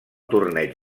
torneig